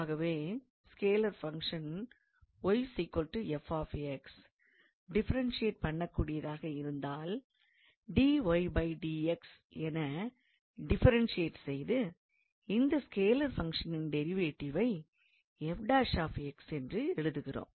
ஆகவே scalar function differentiate பண்ணக்கூடியதாக இருந்தால் என டிஃப்ரென்ஷியெட் செய்து இந்த ஸ்கேலார் ஃபங்க்ஷனின் டிரைவேட்டிவை என்று எழுதுகிறோம்